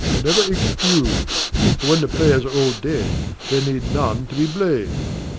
never excuse for when the players are all dead there need none to be blamed.